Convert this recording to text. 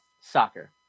soccer